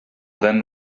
than